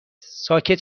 ساکت